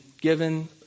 given